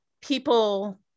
people